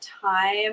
time